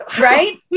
Right